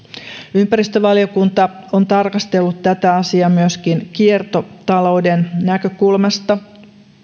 ympäristövaliokunta on tarkastellut tätä asiaa myöskin kiertotalouden näkökulmasta